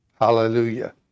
Hallelujah